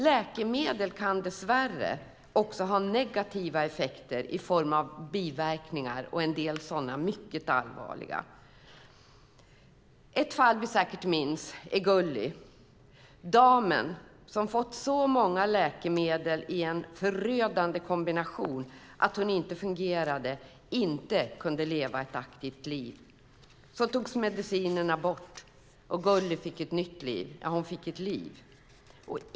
Läkemedel kan dess värre också ha negativa effekter i form av biverkningar, och en del sådana är mycket allvarliga. Ett fall vi säkert alla minns är Gulli, damen som fått så många läkemedel i en förödande kombination att hon inte fungerade och inte kunde leva ett aktivt liv. Så togs medicinerna bort, och Gulli fick ett nytt liv - ja, hon fick ett liv!